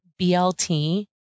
BLT